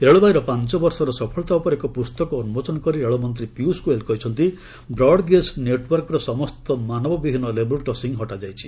ରେଳବାଇର ପାଞ୍ଚ ବର୍ଷର ସଫଳତା ଉପରେ ଏକ ପୁସ୍ତକ ଉନ୍ମୋଚନ କରି ରେଳମନ୍ତ୍ରୀ ପୀୟୁଷ ଗୋୟଲ୍ କହିଛନ୍ତି ବ୍ରଡ୍ଗେଜ୍ ନେଟ୍ୱର୍କର ସମସ୍ତ ମାନବବିହୀନ ଲେବଲ୍ କ୍ରସିଂ ହଟାଯାଇଛି